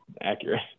accurate